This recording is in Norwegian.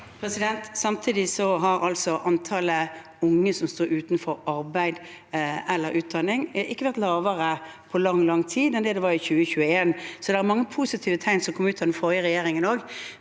Samtidig har altså an- tallet unge som står utenfor arbeid eller utdanning, ikke vært lavere på lang, lang tid enn det det var i 2021 – så det kom mange positive tegn ut av den forrige regjeringen